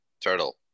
turtle